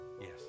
Yes